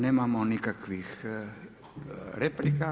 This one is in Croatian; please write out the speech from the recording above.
Nemamo nikakvih replika.